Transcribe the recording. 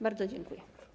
Bardzo dziękuję.